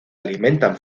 alimentan